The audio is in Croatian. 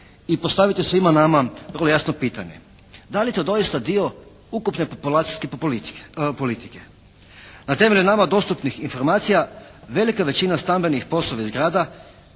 I postaviti svima nama vrlo jasno pitanje. Da li je to doista dio ukupne populacijske politike? Na temelju nama dostupnih informacija velika većina stambenih POS-ovih zgrada